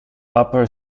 upper